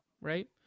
right